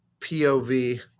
POV